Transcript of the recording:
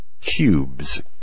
Cubes